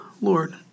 Lord